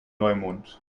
neumond